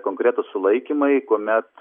konkretūs sulaikymai kuomet